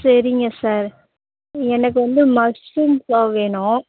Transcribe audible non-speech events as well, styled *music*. சரிங்க சார் எனக்கு வந்து மஷ்ரூம் *unintelligible* வேணும்